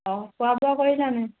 অঁ খোৱা বোৱা কৰিলানে